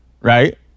Right